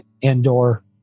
indoor